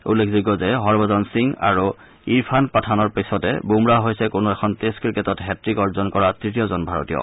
উল্লেখযোগ্য যে হৰভছন সিং আৰু ইৰফান পাঠানৰ পিছতে বুমৰাহ হৈছে কোনো এখন টেষ্ট ক্ৰিকেটত হেট্টিক অৰ্জন কৰা তৃতীয়জন ভাৰতীয়